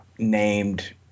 Named